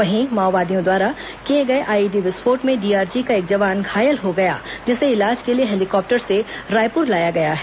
वहीं माओवादियों द्वारा किए गए आइईडी विस्फोट में डीआरजी का एक जवान घायल हो गया जिसे इलाज के लिए हेलीकॉप्टर से रायपूर लाया गया है